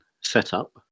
setup